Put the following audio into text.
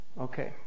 Okay